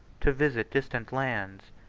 to visit distant lands,